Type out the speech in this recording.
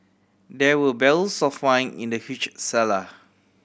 there were barrels of wine in the huge cellar